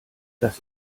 das